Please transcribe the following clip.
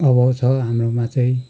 अभाव छ हाम्रोमा चाहिँ